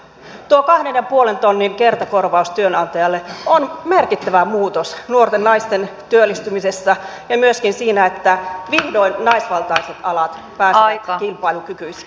tuo kahden ja puolen tonnin kertakorvaus työnantajalle on merkittävä muutos nuorten naisten työllistymisessä ja myöskin siinä että vihdoin naisvaltaiset alat pääsevät kilpailukykyisiksi